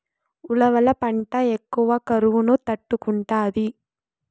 ఉలవల పంట ఎక్కువ కరువును తట్టుకుంటాది